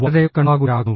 വളരെ ഉത്കണ്ഠാകുലരാകുന്നു